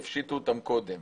הפשיטו אותן קודם.